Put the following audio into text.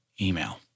email